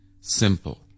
simple